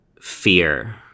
fear